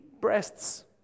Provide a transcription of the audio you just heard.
breasts